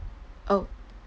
oh